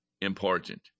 important